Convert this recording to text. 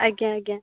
ଆଜ୍ଞା ଆଜ୍ଞା